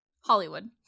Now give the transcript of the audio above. Hollywood